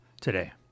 today